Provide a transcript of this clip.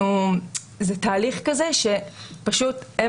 זה תהליך כזה שהם